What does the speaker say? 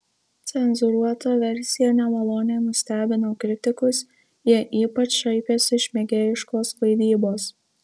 cenzūruota versija nemaloniai nustebino kritikus jie ypač šaipėsi iš mėgėjiškos vaidybos